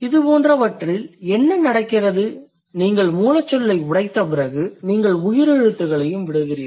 இதுபோன்றவற்றில் என்ன நடக்கிறது நீங்கள் மூலச்சொல்லை உடைத்த பிறகு நீங்கள் உயிரெழுத்துக்களையும் விடுகிறீர்கள்